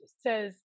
says